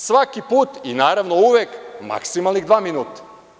Svaki put i, naravno, uvek maksimalnih dva minuta.